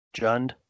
Jund